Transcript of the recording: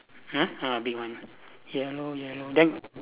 hmm ah big one yellow yellow then